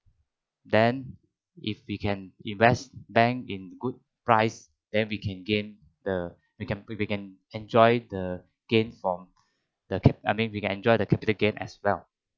then if we can invest bank in good price then we can gain the we can we can enjoy the gain from the ca~ I mean we can enjoy the capital gain as well